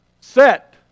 Set